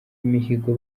imihigo